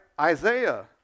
Isaiah